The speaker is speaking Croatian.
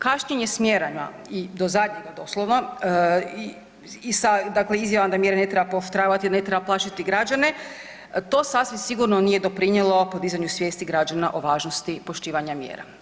Kašnjenje s mjerama i do zadnjeg doslovno i sa izjavom da mjere ne treba pooštravati, ne treba plašiti građane, to sasvim sigurno nije doprinijelo podizanju svijesti građana o važnosti poštivanja mjera.